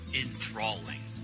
enthralling